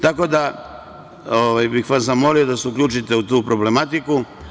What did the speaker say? Tako da bih vas zamolio da se uključite u tu problematiku.